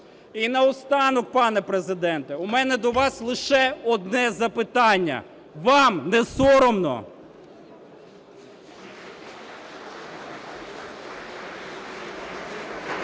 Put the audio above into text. І наостанок. Пане Президенте, у мене до вас лише одне запитання: вам не соромно?